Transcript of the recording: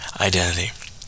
identity